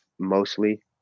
mostly